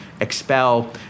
expel